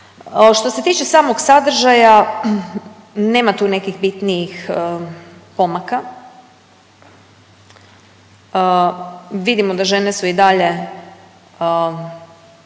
Što se tiče samog sadržaja nema tu nekih bitnijih pomaka. Vidimo da žene su i dalje